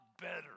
better